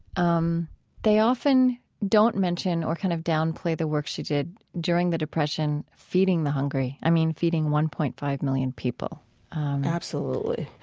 um they often don't mention or kind of downplay the work she did during the depression, feeding the hungry, i mean, feeding one point five million people absolutely.